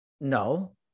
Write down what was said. no